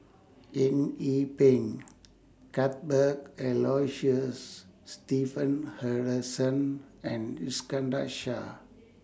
Eng Yee Peng Cuthbert Aloysius and Iskandar Shah